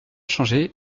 changé